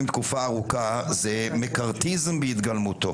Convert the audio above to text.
תקופה ארוכה זה מקארתיזם בהתגלמותו.